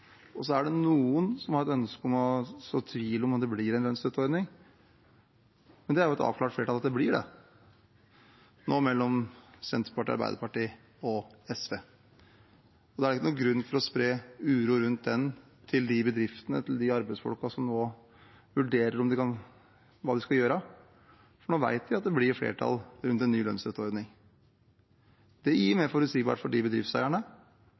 Så er det noen som har et ønske om å så tvil om at det blir en lønnsstøtteordning, men det er nå et avklart flertall mellom Senterpartiet, Arbeiderpartiet og SV om at det blir det. Da er det ingen grunn til å spre uro rundt det til de bedriftene og arbeidsfolkene som nå vurderer hva de skal gjøre, for nå vet vi at det blir flertall for en ny lønnsstøtteordning. Det gir mer forutsigbarhet for bedriftseierne, og det kan gi mer forutsigbarhet for de